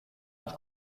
was